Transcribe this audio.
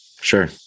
Sure